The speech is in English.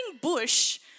bush